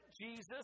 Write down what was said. Jesus